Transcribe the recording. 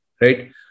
right